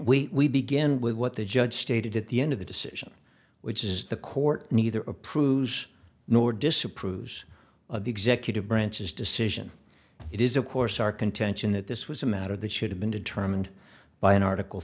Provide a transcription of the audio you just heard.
and we begin with what the judge stated at the end of the decision which is the court neither approves nor disapproves of the executive branch's decision it is of course our contention that this was a matter that should have been determined by an article